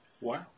Wow